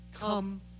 Come